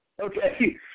Okay